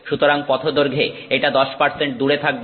সুতরাং পথ দৈর্ঘ্যে এটা 10 দূরে থাকবে